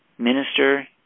Minister